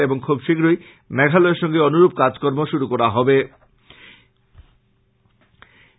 এবং খুব শীঘ্রই মেঘালয়ের সঙ্গে অনুরূপ কাজকর্ম শুরু হবে